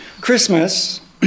Christmas